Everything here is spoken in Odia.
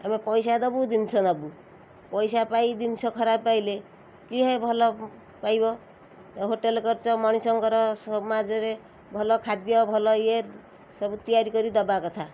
ଆମେ ପଇସା ଦବୁ ଜିନିଷ ନବୁ ପଇସା ପାଇ ଜିନିଷ ଖରାପ ପାଇଲେ କିହେ ଭଲ ପାଇବ ହୋଟେଲ୍ କରିଛ ମଣିଷଙ୍କର ସମାଜରେ ଭଲ ଖାଦ୍ୟ ଭଲ ଇଏ ସବୁ ତିଆରି କରି ଦବା କଥା